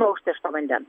nuo užteršto vandens